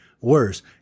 worse